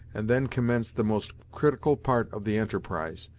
and then commenced the most critical part of the enterprise.